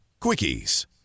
Quickies